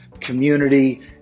community